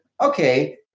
okay